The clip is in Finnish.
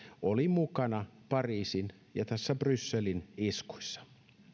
oli mukana pariisin ja brysselin iskuissa